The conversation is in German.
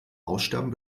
aussterben